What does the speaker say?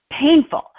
painful